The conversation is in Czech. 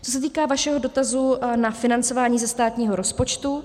Co se týká vašeho dotazu na financování ze státního rozpočtu.